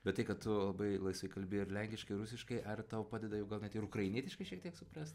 bet tai kad tu labai laisvai kalbi ir lenkiškai ir rusiškai ar tau padeda jau gal net ir ukrainietiškai šiek tiek suprast